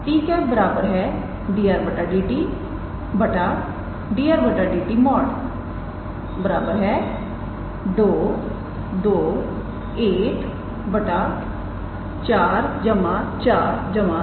तोअब हम यूनिट स्पर्श सदिश तो सबसे पहली जो हमें ज्ञात करनी है वह यूनिट स्पर्श सदिश है जो कि 𝑡̂ है और 𝑡̂ 𝑑𝑟⃗⃗ 𝑑𝑡